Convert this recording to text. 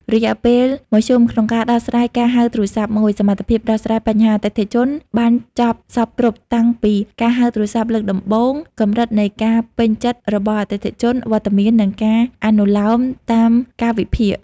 រយៈពេលមធ្យមក្នុងការដោះស្រាយការហៅទូរស័ព្ទមួយ សមត្ថភាពដោះស្រាយបញ្ហាអតិថិជនបានចប់សព្វគ្រប់តាំងពីការហៅទូរស័ព្ទលើកដំបូង កម្រិតនៃការពេញចិត្តរបស់អតិថិជន វត្តមាន និងការអនុលោមតាមកាលវិភាគ។